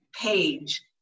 page